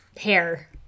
hair